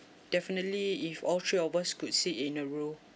definitely if all three of us could seat in a row